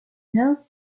neuve